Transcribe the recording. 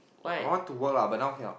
I want to work lah but now cannot